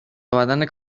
آوردن